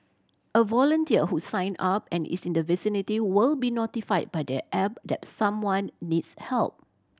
a volunteer who sign up and is in the vicinity will be notified by the app that someone needs help